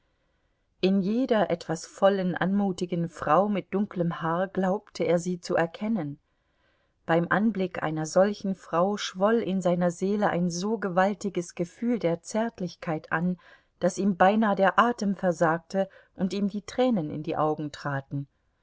in jeder etwas vollen anmutigen frau mit dunklem haar glaubte er sie zu erkennen beim anblick einer solchen frau schwoll in seiner seele ein so gewaltiges gefühl der zärtlichkeit an daß ihm beinah der atem versagte und ihm die tränen in die augen traten